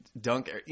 dunk